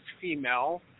female